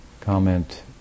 comment